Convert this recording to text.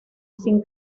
sin